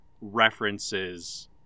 references